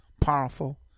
powerful